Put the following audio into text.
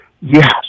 yes